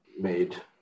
made